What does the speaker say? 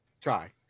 Try